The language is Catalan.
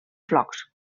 flocs